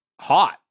hot